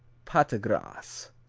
patagras